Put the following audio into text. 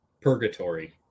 purgatory